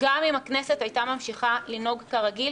גם אם הכנסת הייתה ממשיכה לנהוג כרגיל,